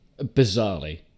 bizarrely